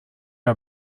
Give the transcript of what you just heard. are